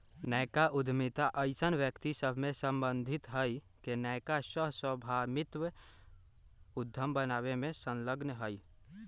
नयका उद्यमिता अइसन्न व्यक्ति सभसे सम्बंधित हइ के नयका सह स्वामित्व उद्यम बनाबे में संलग्न हइ